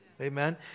amen